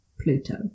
Pluto